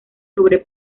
sobre